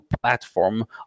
platform